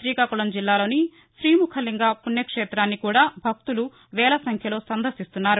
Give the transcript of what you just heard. శ్రీకాకుళం జిల్లాలోని శ్రీముఖలింగ పుణ్యక్షేతాన్నికూడా భక్తులు వేల సంఖ్యలో సందర్భిస్తున్నారు